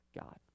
God